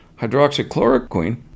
Hydroxychloroquine